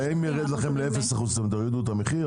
ואם ירד לכם ל-0% אתם תורידו את המחיר?